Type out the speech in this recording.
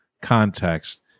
context